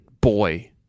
Boy